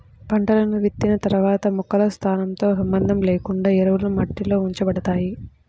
పంటలను విత్తిన తర్వాత మొక్కల స్థానంతో సంబంధం లేకుండా ఎరువులు మట్టిలో ఉంచబడతాయి